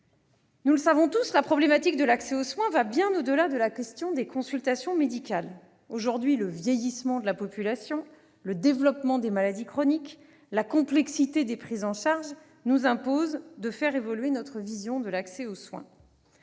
Nous le savons tous, la problématique de l'accès aux soins va bien au-delà de la question des consultations médicales. Aujourd'hui, le vieillissement de la population, le développement des maladies chroniques, la complexité des prises en charge nous imposent de faire évoluer notre vision de l'accès aux soins.